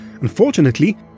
Unfortunately